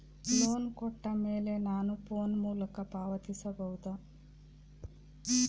Loan ಕೊಟ್ಟ ಮೇಲೆ ನಾನು ಫೋನ್ ಮೂಲಕ ಪಾವತಿಸಬಹುದಾ?